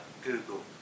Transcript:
Google